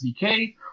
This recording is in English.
SDK